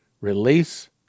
release